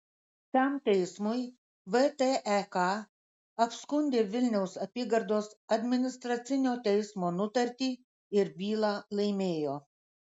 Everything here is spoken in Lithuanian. šiam teismui vtek apskundė vilniaus apygardos administracinio teismo nutartį ir bylą laimėjo